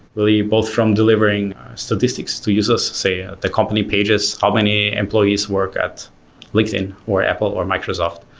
really both from delivering statistics to users. say ah the company pages how many employees work at linkedin, or apple, or microsoft.